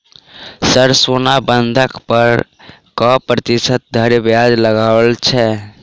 Sir सोना बंधक पर कऽ प्रतिशत धरि ब्याज लगाओल छैय?